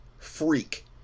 freak